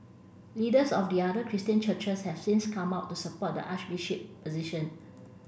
leaders of the other Christian churches have since come out to support the Archbishop position